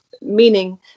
meaning